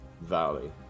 valley